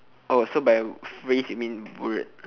oh so by phrase you mean word